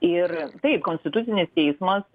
ir taip konstitucinis teismas